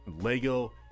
Lego